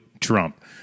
Trump